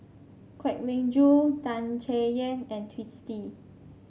Kwek Leng Joo Tan Chay Yan and Twisstii